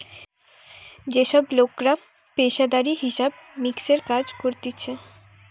যে সব লোকরা পেশাদারি হিসাব মিক্সের কাজ করতিছে